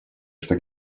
что